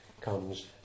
comes